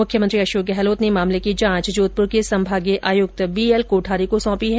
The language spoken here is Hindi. मुख्यमंत्री अशोक गहलोत ने मामले की जांच जोधपुर के संभागीय आयुक्त बी एल कोठारी को सौंपी है